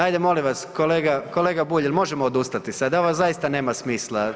Ajde molim vas kolega Bulj jel možemo odustati sada, ovo zaista nema smisla.